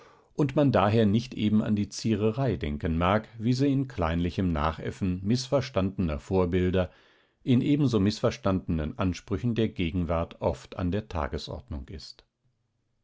und man daher nicht eben an die ziererei denken mag wie sie in kleinlichem nachäffen mißverstandener vorbilder in ebenso mißverstandenen ansprüchen der gegenwart oft an der tagesordnung ist